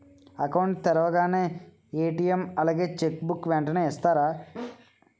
Account తెరవగానే ATM అలాగే cheque book వెంటనే ఇస్తారా?